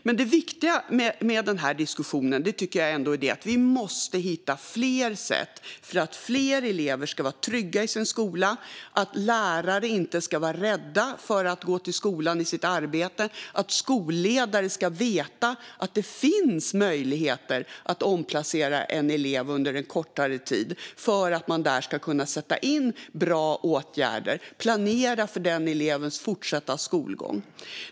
Men det viktiga med den här diskussionen tycker jag ändå är att vi måste hitta fler sätt för att fler elever ska vara trygga i sin skola, att lärare inte ska vara rädda för att gå till sitt arbete i skolan och att skolledare ska veta att det finns möjligheter att omplacera en elev under en kortare tid för att man där ska kunna sätta in bra åtgärder och planera för den elevens fortsatta skolgång.